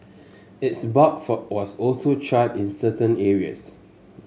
its bark for was also charred in certain areas